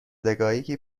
دقایقی